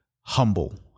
humble